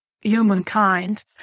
humankind